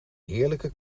heerlijke